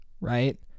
right